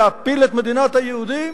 להפיל את מדינת יהודים?